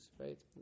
right